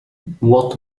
what